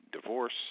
divorce